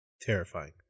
Terrifying